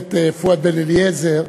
הכנסת פואד בן-אליעזר,